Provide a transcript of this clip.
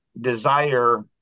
desire